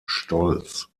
stolz